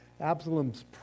Absalom's